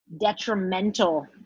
detrimental